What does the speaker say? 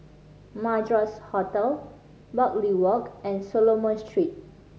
Madras Hotel Bartley Walk and Solomon Street